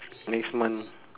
next month